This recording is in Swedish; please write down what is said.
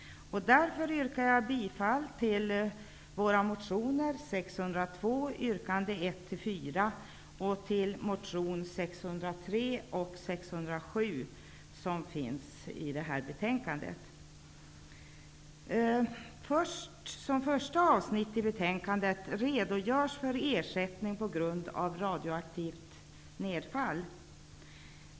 Därför yrkar jag bifall till våra motioner 602, yrkandena 1--4, samt 603 och 607, som det redogörs för i betänkandet. I betänkandets första avsnitt behandlas frågan om ersättning på grund av radioaktivt nedfall.